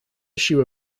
issue